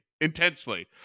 intensely